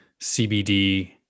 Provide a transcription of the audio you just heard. CBD